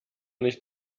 nicht